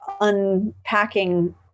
unpacking